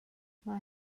mae